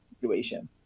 situation